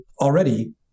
already